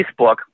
Facebook